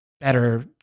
better